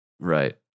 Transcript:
Right